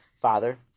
father